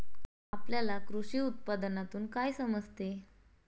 आपल्याला कृषी उत्पादनातून काय समजते?